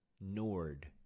Nord